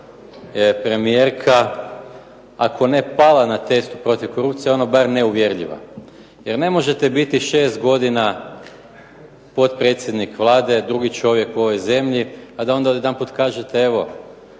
premijerka, ako ne pala na testu protiv korupcije ono bar neuvjerljiva. Jer ne možete biti 6 godina potpredsjednik Vlade, drugi čovjek u ovoj zemlji, a da onda odjedanput kažete evo